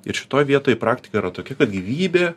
ir šitoj vietoj praktika yra tokia kad gyvybė